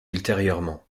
ultérieurement